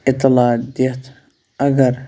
اِطلاع دِتھ اگر